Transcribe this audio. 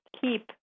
keep